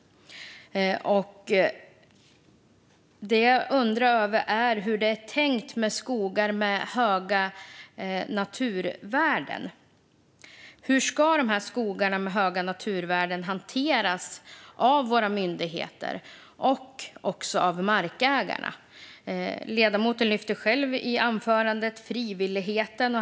Jag undrar hur man tänker när det gäller skogar med höga naturvärden. Hur ska skogarna med höga naturvärden hanteras av våra myndigheter och av markägarna? I anförandet lyfte ledamoten själv upp frivilligheten.